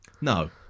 No